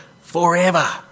forever